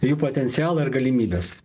jų potencialą ir galimybes